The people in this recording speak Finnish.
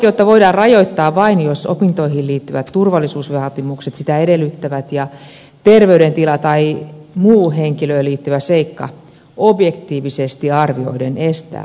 opiskeluoikeutta voidaan rajoittaa vain jos opintoihin liittyvät turvallisuusvaatimukset sitä edellyttävät ja terveydentila tai muu henkilöön liittyvä seikka objektiivisesti arvioiden estää opinnot